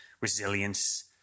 resilience